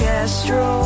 Castro